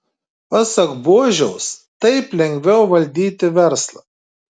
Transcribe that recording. pasak buožiaus taip lengviau valdyti verslą